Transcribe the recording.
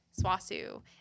Swasu